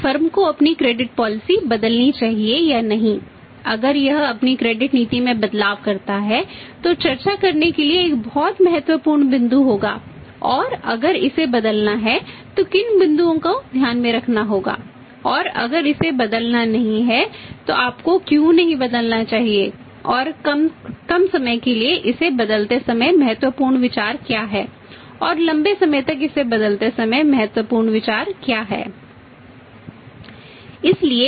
इसलिए फर्म नीति में बदलाव करता है जो चर्चा करने के लिए एक बहुत महत्वपूर्ण बिंदु होगा और अगर इसे बदलना है तो किन बिंदुओं को ध्यान में रखना है और अगर इसे बदलना नहीं है तो आपको क्यों नहीं बदलना चाहिए और कम समय के लिए इसे बदलते समय महत्वपूर्ण विचार क्या हैं